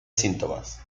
síntomas